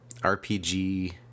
RPG